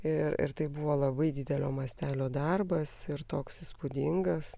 ir ir tai buvo labai didelio mastelio darbas ir toks įspūdingas